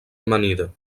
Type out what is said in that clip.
amanida